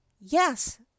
yes